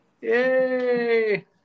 Yay